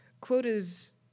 quotas